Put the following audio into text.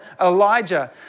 Elijah